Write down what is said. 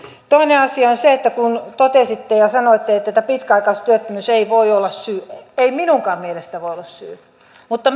toinen asia on se kun totesitte ja sanoitte että pitkäaikaistyöttömyys ei voi olla syy ei minunkaan mielestäni voi olla syy mutta